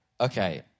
okay